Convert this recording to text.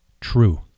True